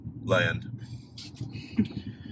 land